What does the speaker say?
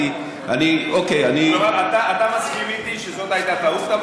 אוקיי, אני, אתה מסכים איתי שזאת הייתה טעות?